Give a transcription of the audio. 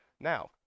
Now